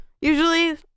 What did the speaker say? usually